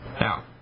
Now